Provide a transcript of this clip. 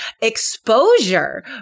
exposure